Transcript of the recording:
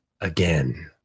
again